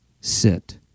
sit